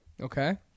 Okay